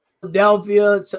Philadelphia